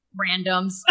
randoms